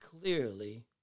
clearly